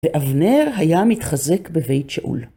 ואבנר היה מתחזק בבית שאול.